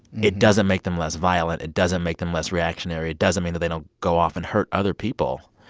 it doesn't make them less violent. it doesn't make them less reactionary. it doesn't mean that they don't go off and hurt other people.